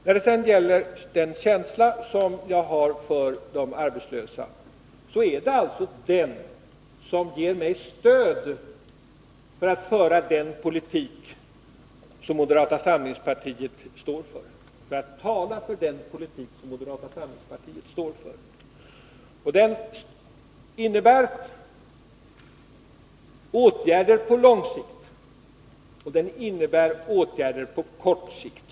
När det sedan gäller den känsla jag har för de arbetslösa, är det alltså den som ger mig stöd att tala för den politik som moderata samlingspartiet står för. Den innebär åtgärder på lång sikt, och den innebär åtgärder på kort sikt.